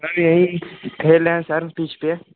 यही खेले है सर पिच पर